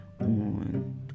on